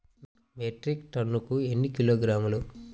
Metric టన్నుకు ఎన్ని కిలోగ్రాములు?